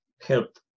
help